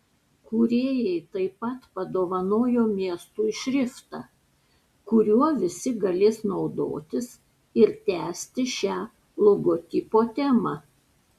kūrėjai taip pat padovanojo miestui šriftą kuriuo visi galės naudotis ir tęsti šią logotipo temą